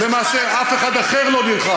למעשה, אף אחד אחר לא נלחם.